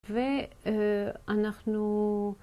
ואנחנו...